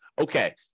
okay